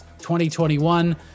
2021